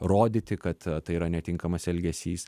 rodyti kad tai yra netinkamas elgesys